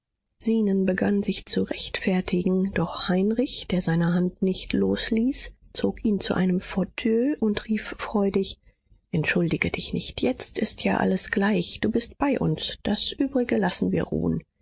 zenon begann sich zu rechtfertigen doch heinrich der seine hand nicht losließ zog ihn zu einem fauteuil und rief freudig entschuldige dich nicht jetzt ist ja alles gleich du bist bei uns das übrige lassen wir ruhen